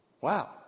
wow